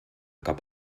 cap